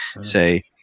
say